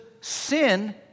sin